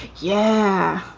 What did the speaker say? yeah,